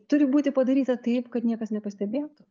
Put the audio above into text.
turi būti padaryta taip kad niekas nepastebėtų